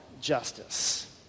justice